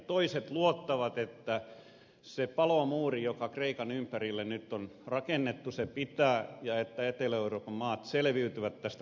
toiset luottavat että se palomuuri joka kreikan ympärille nyt on rakennettu pitää ja että etelä euroopan maat selviytyvät tästä kurimuksesta